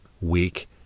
weak